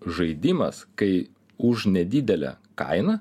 žaidimas kai už nedidelę kainą